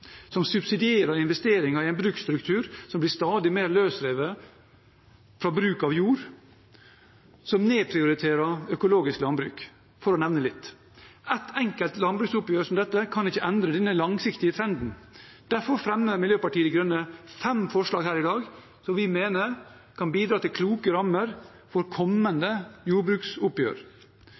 som subsidierer investeringer i en bruksstruktur som blir stadig mer løsrevet fra bruk av jord, og som nedprioriterer økologisk landbruk, for å nevne litt. Ett enkelt landbruksoppgjør som dette kan ikke endre denne langsiktige trenden, og derfor fremmer Miljøpartiet De Grønne fem forslag her i dag som vi mener kan bidra til kloke rammer for kommende jordbruksoppgjør.